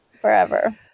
Forever